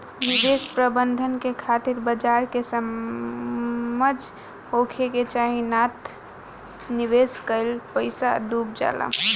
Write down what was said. निवेश प्रबंधन के खातिर बाजार के समझ होखे के चाही नात निवेश कईल पईसा डुब जाला